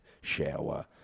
shower